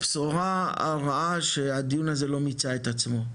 הבשורה הרעה שהדיון הזה לא מיצה את עצמו.